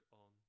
on